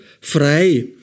»Frei –